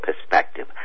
perspective